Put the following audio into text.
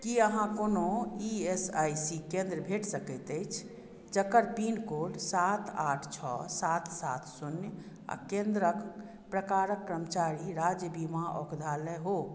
की अहाँ कोनो E S I C केन्द्र भेट सकैत अछि जकर पिनकोड सात आठ छओ सात सात शून्य आ केन्द्रक प्रकारक कर्मचारी राज्य बीमा औषधालय हो